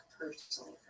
personally